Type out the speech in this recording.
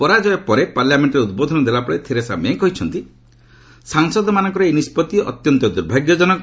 ପରାଜୟ ପରେ ପାର୍ଲାମେଷ୍ଟରେ ଉଦ୍ବୋଧନ ଦେଲାବେଳେ ଥେରେସା ମେ' କହିଚ୍ଚନ୍ତି ସାଂସଦମାନଙ୍କର ଏହି ନିଷ୍ପଭି ଅତ୍ୟନ୍ତ ଦୁର୍ଭାଗ୍ୟ ଜନକ